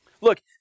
Look